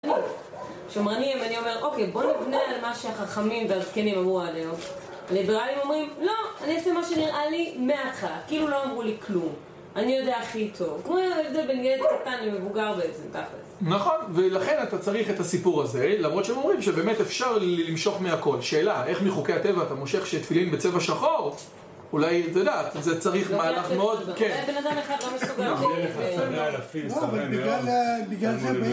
שמרנים, אני אומר, אוקיי, בואו נבנה על מה שהחכמים והזקנים אמרו עליהם. הליברליים אומרים, לא, אני אעשה מה שנראה לי מההתחלה. כאילו לא אמרו לי כלום. אני יודע הכי טוב. כמו ההבדל בין ילד לקטן למבוגר בעצם, תכלס. נכון, ולכן אתה צריך את הסיפור הזה, למרות שהם אומרים שבאמת אפשר למשוך מהכל. שאלה, איך מחוקי הטבע אתה מושך שתפילין בצבע שחור? אולי, אתה יודעת, זה צריך מהלך מאוד כיף.